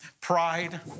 pride